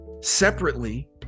separately